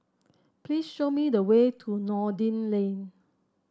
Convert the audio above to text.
please show me the way to Noordin Lane